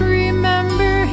remember